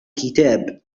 كتاب